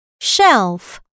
shelf